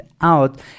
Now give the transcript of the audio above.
out